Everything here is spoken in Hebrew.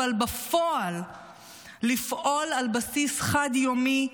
אבל בפועל לפעול על בסיס חד-יומי,